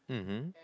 (uh huh)